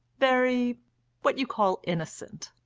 very what you call innocent.